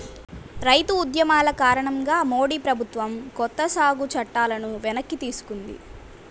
రైతు ఉద్యమాల కారణంగా మోడీ ప్రభుత్వం కొత్త సాగు చట్టాలను వెనక్కి తీసుకుంది